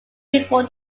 before